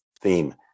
theme